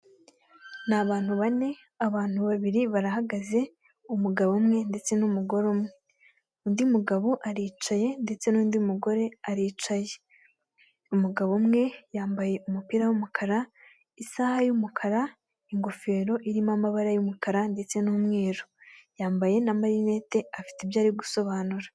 Ni abantu bane abantu babiri barahagaze umugabo umwe ndetse n'umugore umwe, undi mugabo aricaye ndetse nu'undi mugore aricaye. Umugabo umwe yambaye umupira wumukara isaha y'umukara ingofero irimo amabara y'umukara ndetse n'umweru yambaye na marinete afite ibyo ari gusobanura.